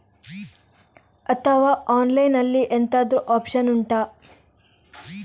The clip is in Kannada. ಅಥವಾ ಆನ್ಲೈನ್ ಅಲ್ಲಿ ಎಂತಾದ್ರೂ ಒಪ್ಶನ್ ಉಂಟಾ